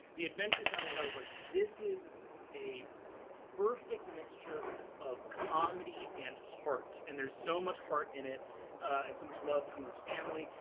the adventure zone was, i was like, this is a perfect mixture of comedy and heart, and there's so much heart in it and so much love between this family.